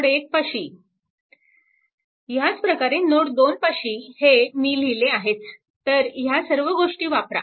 node 1 पाशी ह्याच प्रकारे नोड 2 पाशी हे मी लिहिले आहेच तर ह्या सर्व गोष्टी वापरा